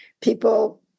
people